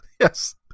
yes